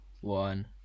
one